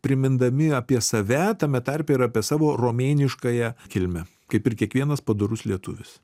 primindami apie save tame tarpe ir apie savo romėniškąją kilmę kaip ir kiekvienas padorus lietuvis